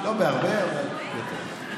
לא בהרבה, אבל יותר.